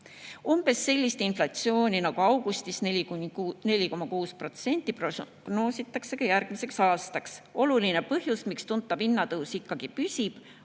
Umbes sellist inflatsiooni nagu augustis, 4,6%, prognoositakse ka järgmiseks aastaks. Oluline põhjus, miks tuntav hinnatõus püsib,